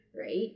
right